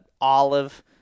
olive